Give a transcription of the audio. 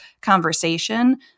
conversation